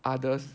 others